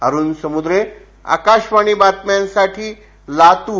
अरुण समुद्रे आकाशवाणी बातम्यांसाठी लातूर